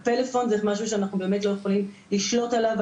הפלאפון זה משהו שאנחנו באמת לא יכולים לשלוט עליו,